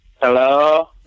Hello